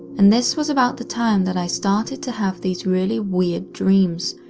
and this was about the time that i started to have these really weird dreams,